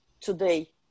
today